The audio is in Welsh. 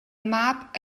mab